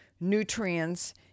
nutrients